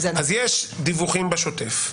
אז יש דיווחים בשוטף.